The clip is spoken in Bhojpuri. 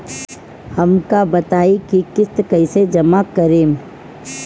हम का बताई की किस्त कईसे जमा करेम?